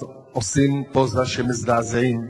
אז עושים פוזה שמזדעזעים.